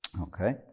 Okay